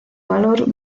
valor